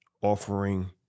offering